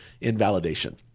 invalidation